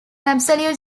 absolute